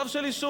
רב של יישוב.